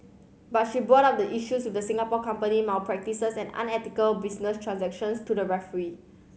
but she brought up the issues with the Singapore company malpractices and unethical business transactions to the referee